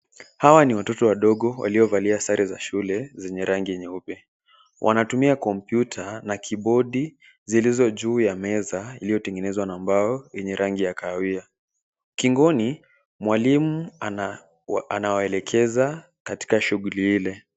Hawa ni watoto wadogo walio valia sare za shule zenye rangi nyeupe. Wanatumia kompyuta na (cs) keyboard (cs) zilizo juu ya meza iliyo tengenezwa na mbao yenye rangi ya kahawia. Ukingoni mwalimu anawaelekeza katika shughuli ile.